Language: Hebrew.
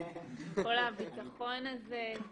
כל הביטחון הזה.